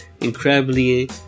incredibly